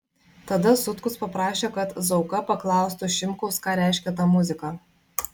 tada sutkus paprašė kad zauka paklaustų šimkaus ką reiškia ta muzika